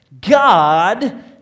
God